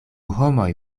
homoj